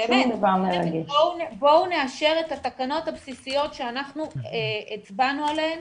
בוא נאשר את התקנות הבסיסיות שאנחנו הצבענו עליהם